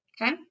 Okay